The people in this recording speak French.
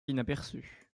inaperçue